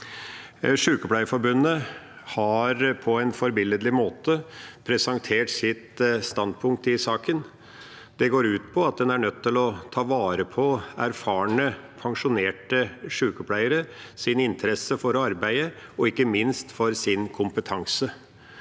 Sykepleierforbundet har på en forbilledlig måte presentert sitt standpunkt i saken. Det går ut på at en er nødt til å ta vare på erfarne pensjonerte sykepleieres interesse for å arbeide, og ikke minst deres kompetanse.